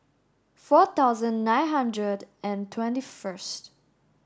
four thousand nine hundred and twenty first